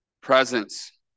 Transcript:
presence